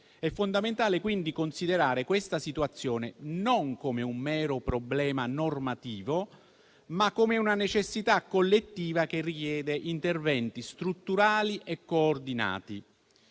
È fondamentale, quindi, considerare questa situazione non come un mero problema normativo, ma come una necessità collettiva che richiede interventi strutturali e coordinati.